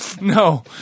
no